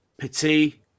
Petit